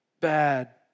Bad